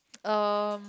um